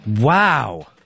Wow